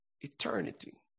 eternity